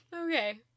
Okay